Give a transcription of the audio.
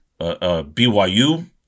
BYU